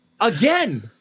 Again